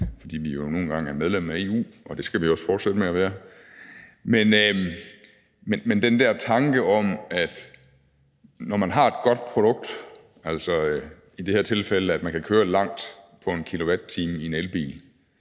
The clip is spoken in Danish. fordi vi jo nu engang er medlem af EU, og det skal vi også fortsætte med at være. Men jeg har svært ved at forstå den der tanke om, at når man har et godt produkt, i det her tilfælde, at man kan køre langt på 1 kWh i en elbil,